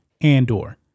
Andor